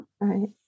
right